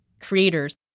creators